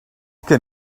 can